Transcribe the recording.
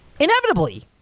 inevitably